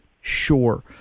Sure